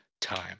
time